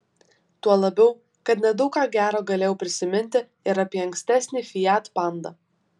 tuo labiau kad nedaug ką gero galėjau prisiminti ir apie ankstesnį fiat panda